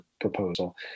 proposal